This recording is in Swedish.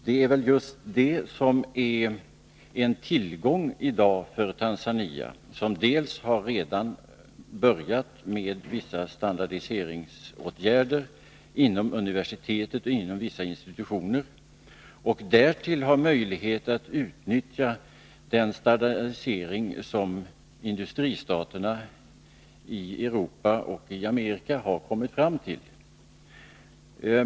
Det är väl just det som är en tillgång i dag för Tanzania, som redan har börjat med vissa standardiseringsåtgärder inom universitetet och inom vissa institutioner och som därtill har möjlighet att utnyttja den standardisering som industristaterna i Europa och Amerika kommit fram till.